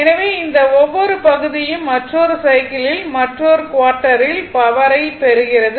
எனவே இந்த ஒவ்வொரு பகுதியும் மற்றொரு சைக்கிளில் மற்றொரு குவார்ட்டரில் பவரை பெறுகிறது